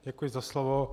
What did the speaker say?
Děkuji za slovo.